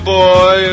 boy